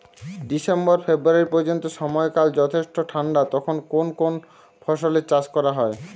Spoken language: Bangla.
ডিসেম্বর ফেব্রুয়ারি পর্যন্ত সময়কাল যথেষ্ট ঠান্ডা তখন কোন কোন ফসলের চাষ করা হয়?